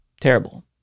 Terrible